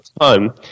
time